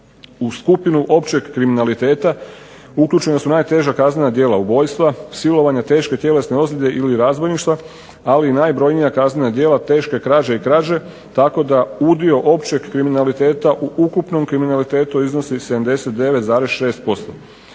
U skupinu općeg kriminaliteta uključena su najteža kaznena djela ubojstva, silovanja, teške tjelesne ozljede ili razbojništva, ali i najbrojnija kaznena djela teške krađe i krađe tako da udio općeg kriminaliteta u ukupnom kriminalitetu iznosi 79,6%.